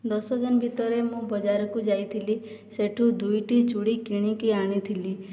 ଦଶଦିନ ଭିତରେ ମୁଁ ବଜାରକୁ ଯାଇଥିଲି ସେଠୁ ଦୁଇଟି ଚୁଡ଼ି କିଣିକି ଆଣିଥିଲି